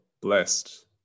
blessed